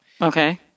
Okay